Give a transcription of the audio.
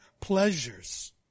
pleasures